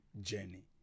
journey